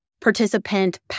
participant